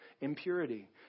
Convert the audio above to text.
impurity